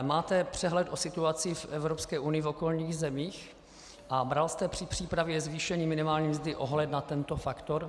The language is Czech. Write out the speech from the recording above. Máte přehled o situaci v Evropské unii, v okolních zemích a bere se při přípravě zvýšení minimální mzdy ohled na tento faktor?